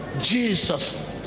Jesus